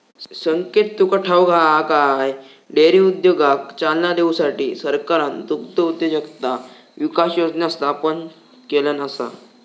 संकेत तुका ठाऊक हा काय, डेअरी उद्योगाक चालना देऊसाठी सरकारना दुग्धउद्योजकता विकास योजना स्थापन केल्यान आसा